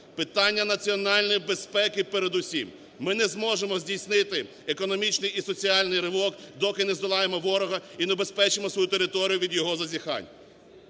Питання національної безпеки передусім. Ми не зможемо здійснити економічний і соціальний ривок, доки не здолаємо ворога і унебезпечимо свою територію від його зазіхань.